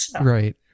Right